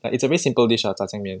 like it's a very simple dish lah 炸酱面